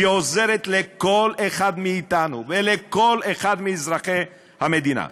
היא עוזרת לכל אחד מאתנו ולכל אחד מאזרחי המדינה.